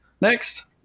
Next